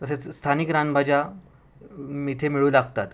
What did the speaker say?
तसेच स्थानिक रानभाज्या इथे मिळू लागतात